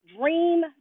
Dream